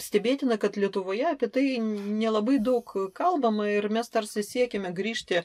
stebėtina kad lietuvoje apie tai nelabai daug kalbama ir mes tarsi siekiame grįžti